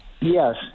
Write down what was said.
Yes